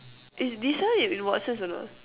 is they sell it in Watson's or not